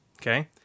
Okay